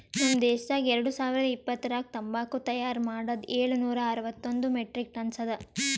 ನಮ್ ದೇಶದಾಗ್ ಎರಡು ಸಾವಿರ ಇಪ್ಪತ್ತರಾಗ ತಂಬಾಕು ತೈಯಾರ್ ಮಾಡದ್ ಏಳು ನೂರಾ ಅರವತ್ತೊಂದು ಮೆಟ್ರಿಕ್ ಟನ್ಸ್ ಅದಾ